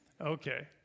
Okay